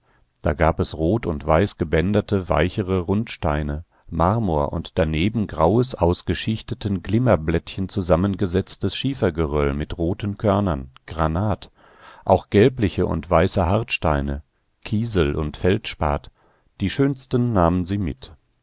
da gab es rot und weiß gebänderte weichere rundsteine marmor und daneben graues aus geschichteten glimmerblättchen zusammengesetztes schiefergeröll mit roten körnern granat auch gelbliche und weiße hartsteine kiesel und feldspat die schönsten nahmen sie mit